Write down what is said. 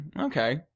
Okay